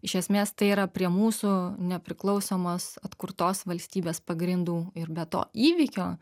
iš esmės tai yra prie mūsų nepriklausomos atkurtos valstybės pagrindų ir be to įvykio